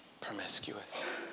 promiscuous